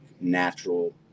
natural